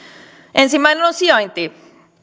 ensimmäinen on sijainti